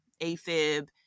AFib